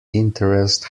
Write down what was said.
interest